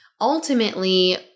ultimately